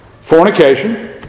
Fornication